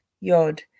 Yod